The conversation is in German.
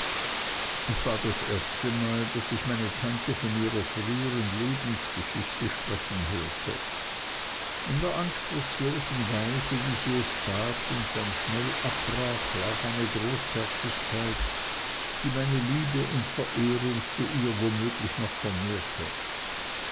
es war das erste mal daß ich meine tante von ihrer frühern lebensgeschichte sprechen hörte in der anspruchslosen weise wie sie es tat und dann schnell abbrach lag eine großherzigkeit die meine liebe und verehrung zu ihr womöglich noch vermehrte